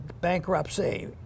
bankruptcy